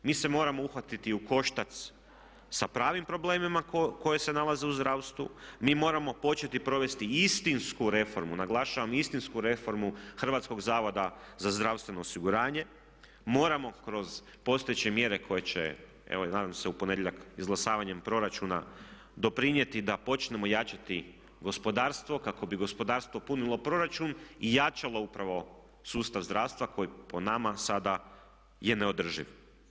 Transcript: Mi se moramo uhvatiti u koštac sa pravim problemima koji se nalaze u zdravstvu, mi moramo početi provesti istinsku reformu, naglašavam istinsku reformu Hrvatskog zavoda za zdravstveno osiguranje, moramo kroz postojeće mjere koje će evo nadam se u ponedjeljak izglasavanjem proračuna doprinijeti da počnemo jačati gospodarstvo kako bi gospodarstvo punilo proračun i jačalo upravo sustav zdravstva koji po nama sada je neodrživ.